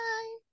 Bye